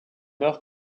meurt